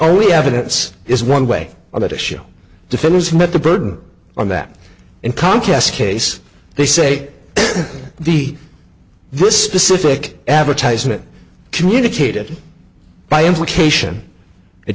only evidence is one way on that issue defendants met the burden on that in contest case they say the this specific advertisement communicated by implication it